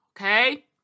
Okay